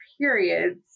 periods